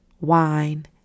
wine